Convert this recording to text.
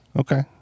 okay